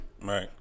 Right